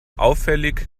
auffällig